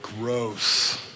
Gross